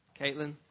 Caitlin